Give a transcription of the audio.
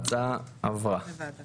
ההצעה עברה לוועדת